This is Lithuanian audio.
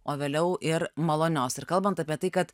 o vėliau ir malonios ir kalbant apie tai kad